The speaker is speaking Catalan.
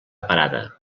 parada